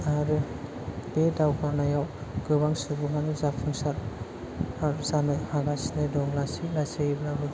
आरो बे दावगानायाव गोबां सुबुङानो जाफुंसार जानो हागासिनो दं लासै लसैयैब्लाबो